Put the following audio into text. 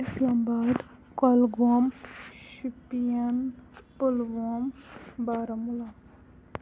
Islamabad Kulgam Shopian Pulwama Baramulla